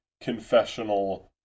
confessional